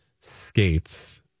skates